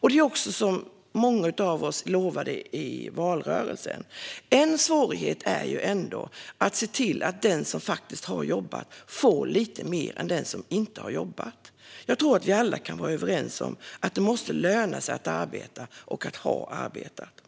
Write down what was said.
Detta är något som många av oss lovade i valrörelsen. En svårighet är dock att se till att den som har jobbat faktiskt får lite mer än den som inte har jobbat. Jag tror att vi alla kan vara överens om att det måste löna sig att arbeta och att ha arbetat.